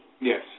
Yes